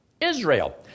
Israel